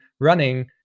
running